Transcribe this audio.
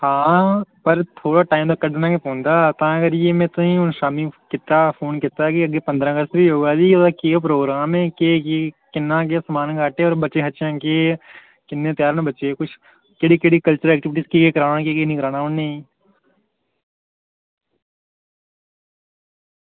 हां पर थोह्ड़ा टाईम ते कड्ढना गै पौंदा तां करियै में हून शामीं कीता फोन कीता कि अग्गें पंदरां अगस्त बी आवा दी की ओह्दा केह् प्रोग्राम ऐ कि किन्ना गै समान आह्नचै ते किन्ना केह् किन्ना त्यार न बच्चे किश केह्ड़ी केह्ड़ी कल्चरल एक्टीविटी केह् करांऽ केह् नेईं